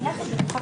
נכון.